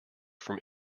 from